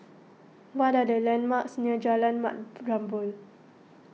what are the landmarks near Jalan Mat Jambol